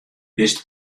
bist